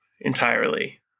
entirely